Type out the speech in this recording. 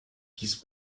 kiss